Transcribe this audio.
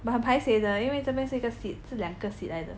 but 很 paiseh 的因为这边是一个 seat 是两个 seat 来的